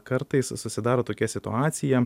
kartais susidaro tokia situacija